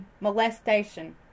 molestation